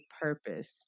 purpose